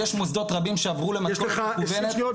יש מוסדות רבים שעברו למתכונת מקוונת --- יש לך 20 שניות.